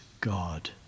God